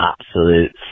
absolute